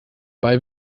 bei